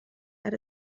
had